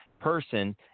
person